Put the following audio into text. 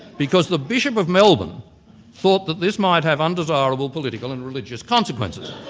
because the bishop of melbourne thought that this might have undesirable political and religious consequences.